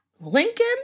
Lincoln